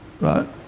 right